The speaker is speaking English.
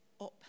up